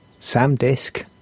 samdisk